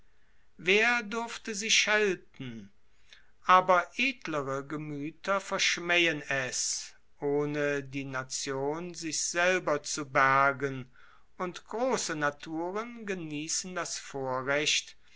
wer durfte sie schelten aber edlere gemueter verschmaehen es ohne die nation sich selber zu bergen und grosse naturen geniessen das vorrecht